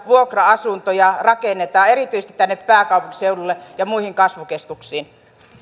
vuokra asuntoja rakennetaan erityisesti tänne pääkaupunkiseudulle ja muihin kasvukeskuksiin